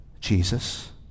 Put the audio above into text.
Jesus